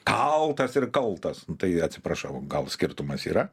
kaltas ir kaltas tai atsiprašau gal skirtumas yra